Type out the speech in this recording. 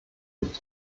nicht